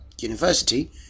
University